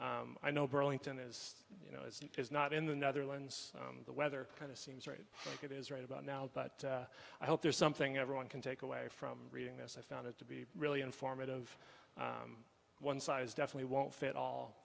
vitality i know burlington is you know it's not in the netherlands the weather kind of seems right like it is right about now but i hope there's something everyone can take away from reading this i found it to be really informative one size definitely won't fit all